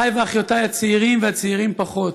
אחיי ואחיותיי הצעירים והצעירים פחות,